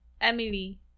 Emily